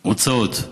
הוצאות: